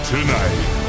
Tonight